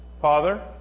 Father